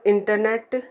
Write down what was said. internet